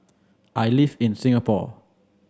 I live in Singapore